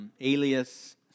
alias